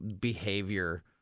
behavior